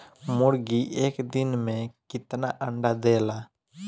मुर्गी एक दिन मे कितना अंडा देला?